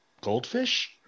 Goldfish